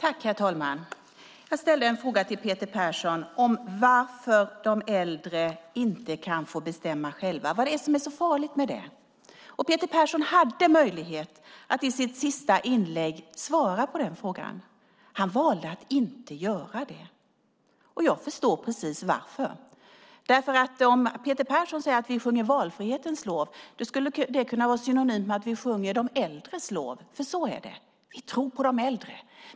Herr talman! Jag ställde en fråga till Peter Persson om varför de äldre inte kan få bestämma själva. Vad är det som är så farligt med det? Peter Persson hade möjlighet att i sitt sista inlägg svara på denna fråga. Han valde att inte göra det, och jag förstår precis varför. Om Peter Persson säger att vi sjunger valfrihetens lov skulle det nämligen kunna vara synonymt med att vi sjunger de äldres lov, för så är det. Vi tror på de äldre.